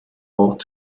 ort